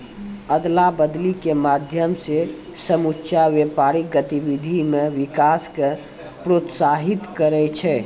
अदला बदली के माध्यम से समुच्चा व्यापारिक गतिविधि मे विकास क प्रोत्साहित करै छै